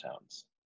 towns